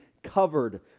Covered